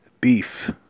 beef